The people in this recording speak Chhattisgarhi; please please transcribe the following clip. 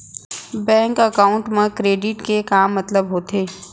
बैंक एकाउंट मा क्रेडिट के का मतलब होथे?